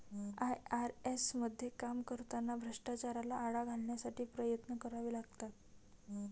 IRS मध्ये काम करताना भ्रष्टाचाराला आळा घालण्यासाठी प्रयत्न करावे लागतात